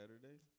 Saturday